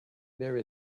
there